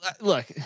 look